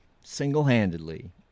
single-handedly